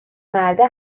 مرده